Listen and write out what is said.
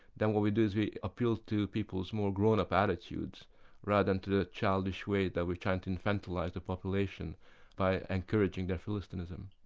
then what we do is we appeal to people's more grown-up attitudes rather than to the childish way that we try and to infantilise the population by encouraging their philistinism.